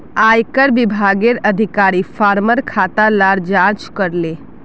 आयेकर विभागेर अधिकारी फार्मर खाता लार जांच करले